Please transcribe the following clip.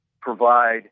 provide